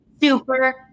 super